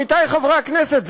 עמיתי חברי הכנסת,